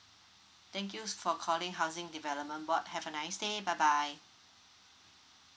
thank you s~ for calling housing development board have a nice day bye bye